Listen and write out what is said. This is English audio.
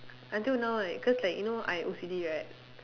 until now right cause like you know I O_C_D right